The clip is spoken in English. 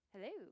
Hello